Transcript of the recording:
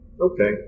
Okay